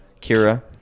Kira